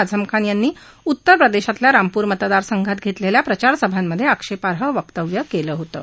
आझम खान यांनी उत्तरप्रदेशातल्या रामपूर मतदारसंघात घेतलेल्या प्रचारसभांमधे आक्षेपार्ह वक्तव्यं केलं होतं